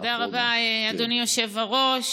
תודה רבה, אדוני היושב-ראש.